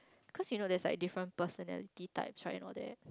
cause you know there's like different personality types right and all that